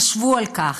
חשבו על כך.